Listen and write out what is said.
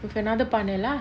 with another பான:paana lah